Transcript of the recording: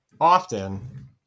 often